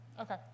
Okay